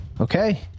Okay